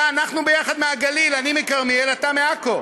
אנחנו ביחד מהגליל, אני מכרמיאל, אתה מעכו.